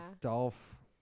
Dolph